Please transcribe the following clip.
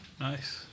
Nice